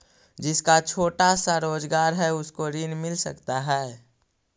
जिसका छोटा सा रोजगार है उसको ऋण मिल सकता है?